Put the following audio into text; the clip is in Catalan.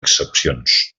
excepcions